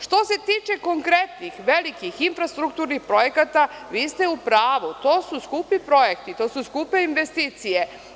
Što se tiče konkretnih, velikih infrastrukturnih projekata, vi ste u pravu, to su skupi projekti, to su skupe investicije.